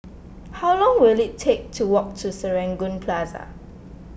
how long will it take to walk to Serangoon Plaza